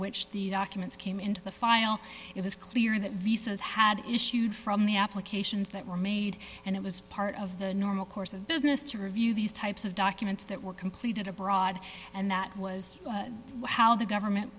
which the documents came into the file it was clear that rhys's had issued from the applications that were made and it was part of the normal course of business to review these types of documents that were completed abroad and that was how the government